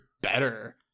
better